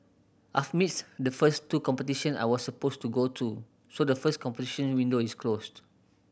I've missed the first two competition I was supposed to go to so the first competition window is closed